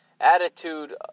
attitude